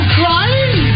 crying